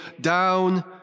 down